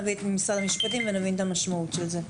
נביא את משרד המשפטים ונבין את המשמעות של זה.